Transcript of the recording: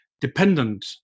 dependent